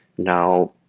now,